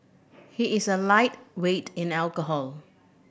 he is a lightweight in alcohol